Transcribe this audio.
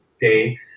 day